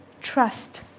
Trust